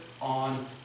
on